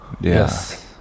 Yes